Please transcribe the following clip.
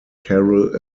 carroll